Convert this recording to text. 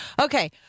Okay